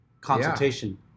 consultation